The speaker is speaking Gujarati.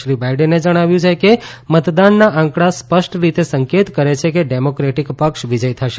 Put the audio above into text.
શ્રી બાઇડેને જણાવ્યું છે કે મતદાનના આંકડા સ્પષ્ટ રીતે સંકેત કરે છે કે ડેમોક્રેટીક પક્ષ વિજયી થશે